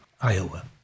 Iowa